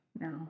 No